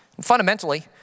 Fundamentally